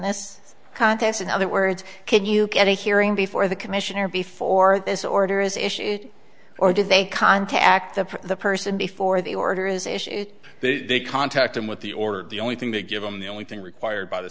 this contest in other words can you get a hearing before the commissioner before this order is issued or did they contact the person the person before the order is issued they contact them with the order of the only thing to give them the only thing required by the